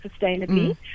sustainably